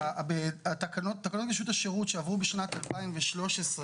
תקנות רשות השרות שעברו בשנת 2013,